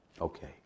Okay